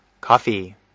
Coffee